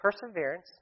perseverance